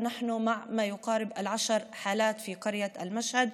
האחרונים אנחנו עדים לקרוב לעשרה מקרים ביישוב משהד,